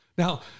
Now